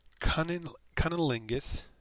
cunnilingus